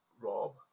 Rob